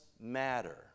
matter